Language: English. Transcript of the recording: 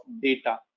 data